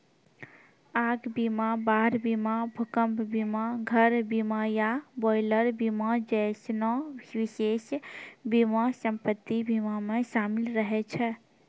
आग बीमा, बाढ़ बीमा, भूकंप बीमा, घर बीमा या बॉयलर बीमा जैसनो विशेष बीमा सम्पति बीमा मे शामिल रहै छै